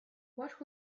what